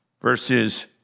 verses